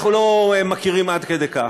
אנחנו לא מכירים עד כדי כך,